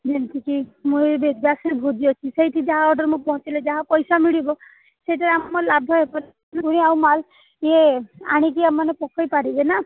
ଯେମିତିକି ବେଦବ୍ୟାସରେ ଭୋଜି ଅଛି ସେଇଠି ଯାହା ଅର୍ଡ଼ର ମୁଁ ପହଞ୍ଚେଇଲେ ଯାହା ପଇସା ମିଳିବ ସେଇଥିରେ ଆମର ଲାଭ ହେବ ଆଉ ମାଲ ଇଏ ଆଣିକି ଆମେମାନେ ପକାଇ ପାରିବେ ନା